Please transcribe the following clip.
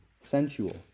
sensual